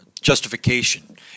justification